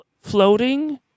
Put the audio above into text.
floating